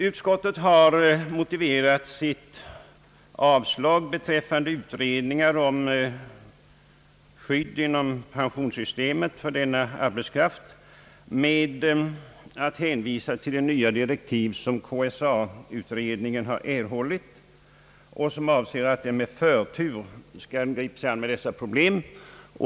Utskottet har motiverat sitt avslag beträffande utredningar om skydd genom pensionssystemet för denna arbetskraft med att hänvisa till de nya direktiv som KSA-utredningen har erhållit och som avser att med förtur ta sig an detta problem.